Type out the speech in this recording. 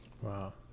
Wow